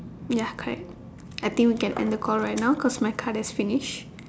ya correct I think we can end the call right now because my card have finish